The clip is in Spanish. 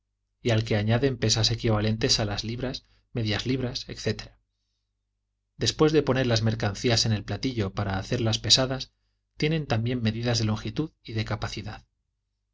y al que añaden pesas equivalentes a las libras medias libras etc después de poner las mercancías en el platillo para hacer las pesadas tienen también medidas de longitud y de capacidad